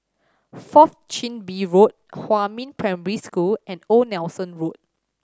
Fourth Chin Bee Road Huamin Primary School and Old Nelson Road